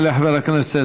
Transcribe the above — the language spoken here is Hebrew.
יעלה חבר הכנסת